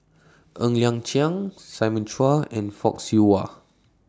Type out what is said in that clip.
Ng Liang Chiang Simon Chua and Fock Siew Wah